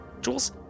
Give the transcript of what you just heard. Jules